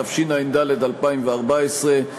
התשע"ד 2014,